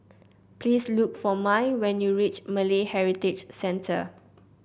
please look for Mai when you reach Malay Heritage Center